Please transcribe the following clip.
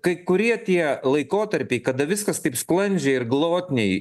kai kurie tie laikotarpiai kada viskas taip sklandžiai ir glotniai